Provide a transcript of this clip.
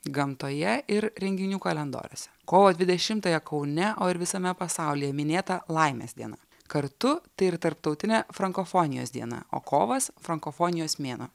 gamtoje ir renginių kalendoriuose kovo dvidešimtąją kaune o ir visame pasaulyje minėta laimės diena kartu tai ir tarptautinė frankofonijos diena o kovas frankofonijos mėnuo